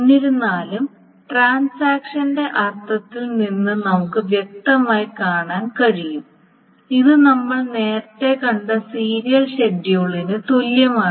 എന്നിരുന്നാലും ട്രാൻസാക്ഷന്റെ അർത്ഥത്തിൽ നിന്ന് നമുക്ക് വ്യക്തമായി കാണാൻ കഴിയും ഇത് നമ്മൾ നേരത്തെ കണ്ട സീരിയൽ ഷെഡ്യൂളിന് തുല്യമാണ്